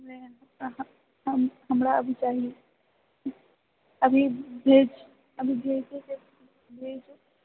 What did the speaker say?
ने अहाँ हम हमरा अभी चाही अभी भेज अभी भेज भेज तऽ